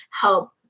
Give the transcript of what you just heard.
help